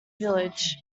village